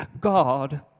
God